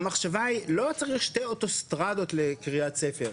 המחשבה היא שלא צריך שתי אוטוסטרדות לקריית ספר,